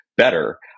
Better